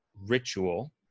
ritual